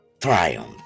Triumph